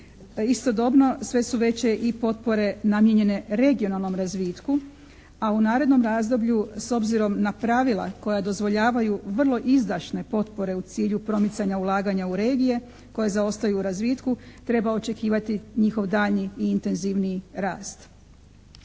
Istodobno sve su veće i potpore namijenjene regionalnom razvitku a u narednom razdoblju s obzirom na pravila koja dozvoljavaju vrlo izdašne potpore u cilju promicanja ulaganja u regije koje zaostaju u razvitku treba očekivati njihov daljnji i intenzivniji rast.